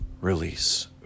release